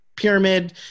pyramid